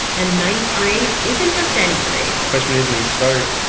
and ninth grade isn't just any grade freshman year's where you start,